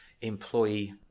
employee